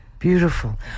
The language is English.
beautiful